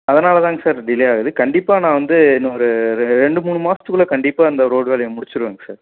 அதனால் தாங்க sir delay ஆகுது கண்டிப்பாக நான் வந்து இன்னும் ஒரு ரெண்டு மூணு மாசத்துக்குள்ள கண்டிப்பாக இந்த ரோடு வேலையை முடிச்சிருவேங்க சார்